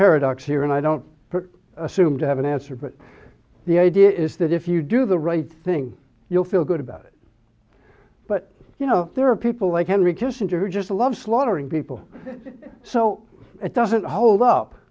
paradox here and i don't assume to have an answer but the idea is that if you do the right thing you'll feel good about it but you know there are people like henry kissinger who just love slaughtering people so it doesn't hold up